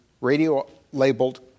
radio-labeled